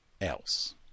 else